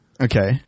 okay